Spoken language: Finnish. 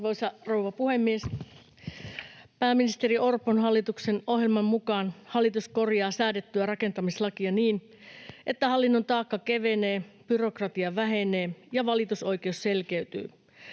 Arvoisa rouva puhemies! Pääministeri Orpon hallituksen ohjelman mukaan hallitus korjaa säädettyä rakentamislakia niin, että hallinnon taakka kevenee, byrokratia vähenee ja valitusoikeus selkeytyy.